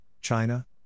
China